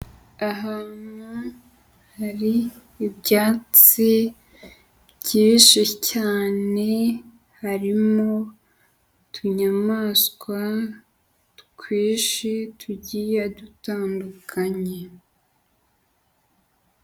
Ahantu hari ibyatsi byinshi cyane, harimo utunyamaswa twinshi tugiye dutandukanye.